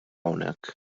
hawnhekk